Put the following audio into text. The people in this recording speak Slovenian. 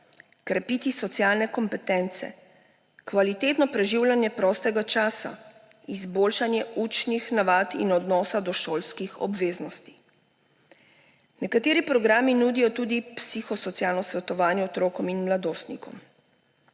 krepiti socialne kompetence, kvalitetno preživljanje prostega časa, izboljšanje učnih navad in odnosa do šolskih obveznosti. Nekateri programi nudijo tudi psihosocialno svetovanje otrokom in mladostnikom.